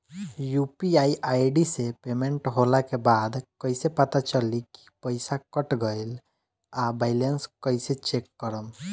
UPI ID से payment होला के बाद कइसे पता चली की पईसा कट गएल आ बैलेंस कइसे चेक करम?